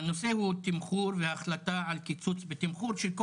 הנושא הוא תמחור והחלטה על תמחור וקיצוץ בתמחור של כל